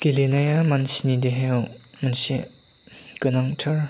गेलेनाया मानसिनि देहायाव मोनसे गोनांथार